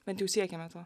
bent jau siekiame to